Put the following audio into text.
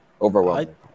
overwhelming